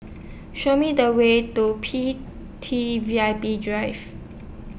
Show Me The Way to P T V I P Drive